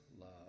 love